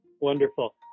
wonderful